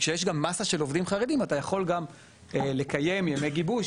כשיש גם מסה של עובדים חרדים אתה יכול גם לקיים ימי גיבוש,